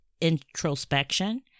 introspection